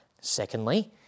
Secondly